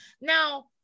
Now